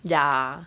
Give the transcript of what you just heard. ya